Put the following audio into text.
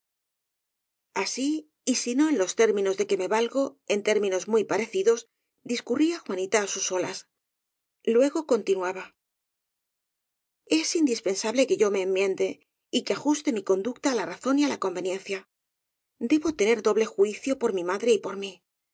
así y si no en los términos de que me valgo en términos muy parecidos discurría juanita á sus solas luego continuaba es indispensable que yo me enmiende y que ajuste mi conducta á la razón y á la conveniencia debo tener doble juicio por mi madre y por mí